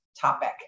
topic